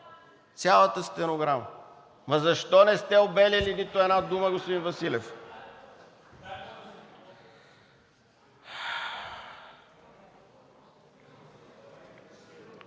цялата стенограма. Ама защо не сте обелили нито една дума, господин Василев?